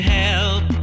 help